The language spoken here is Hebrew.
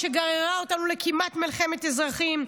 שגררה אותנו לכמעט מלחמת אזרחים,